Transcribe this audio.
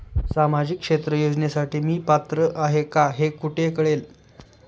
सामाजिक क्षेत्र योजनेसाठी मी पात्र आहे का हे कुठे कळेल?